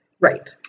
Right